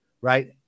right